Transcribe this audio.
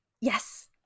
Yes